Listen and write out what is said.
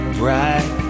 bright